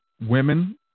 women